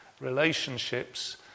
relationships